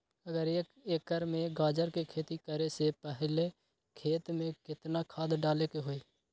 अगर एक एकर में गाजर के खेती करे से पहले खेत में केतना खाद्य डाले के होई?